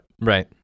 Right